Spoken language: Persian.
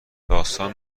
داستان